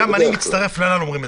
גם אני מצטרף, אומרים אצלנו.